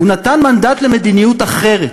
הוא נתן מנדט למדיניות אחרת,